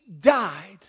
died